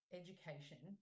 education